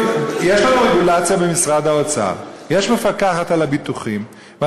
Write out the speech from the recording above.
הרגולטור שומר על הגנבים.